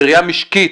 בראייה משקית,